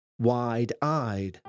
wide-eyed